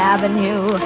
Avenue